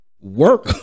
work